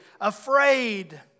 afraid